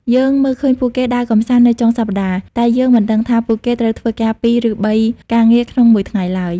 យើងមើលឃើញពួកគេដើរកម្សាន្តនៅចុងសប្តាហ៍ តែយើងមិនដឹងថាពួកគេត្រូវធ្វើការ ២ ឬ ៣ ការងារក្នុងមួយថ្ងៃឡើយ។